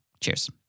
Cheers